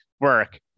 work